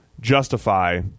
justify